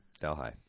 Delhi